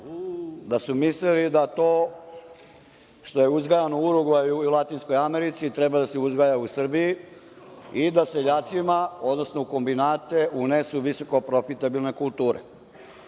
da su mislili da to što je uzgajano u Urugvaju i Latinskoj Americi treba da se uzgaja u Srbiji i da seljacima u kombinate unesu visokoprofitabilne kulture.